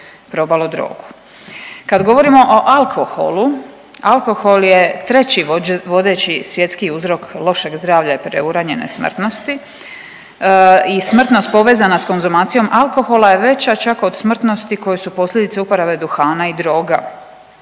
Kad govorimo o alkoholu, alkohol je treći vodeći svjetski uzrok lošeg zdravlja i preuranjene smrtnosti i smrtnost povezana s konzumacijom alkohola je već čak od smrtnosti koje su posljedice uporabe duhana i droga.